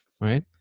right